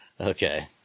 Okay